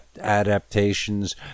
adaptations